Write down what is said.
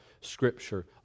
Scripture